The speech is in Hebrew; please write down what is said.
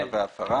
המהווה עבירה.